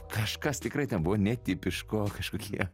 kažkas tikrai ten buvo netipiško kažkokie